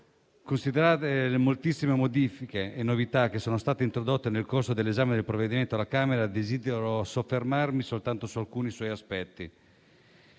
Considerate le moltissime modifiche e novità che sono state introdotte nel corso dell'esame del provvedimento alla Camera, desidero soffermarmi soltanto su alcuni suoi aspetti.